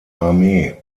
armee